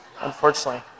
unfortunately